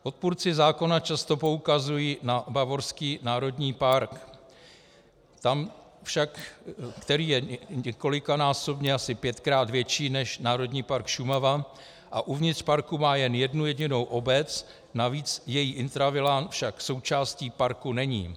Odpůrci zákona často poukazují na Bavorský národní park, který je několikanásobně, asi pětkrát větší než Národní park Šumava a uvnitř parku má jen jednu jedinou obec, navíc její intravilán však součástí parku není.